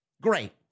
Great